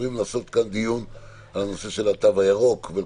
אומרים לעשות כאן דיון על הנושא של התו הירוק שהוא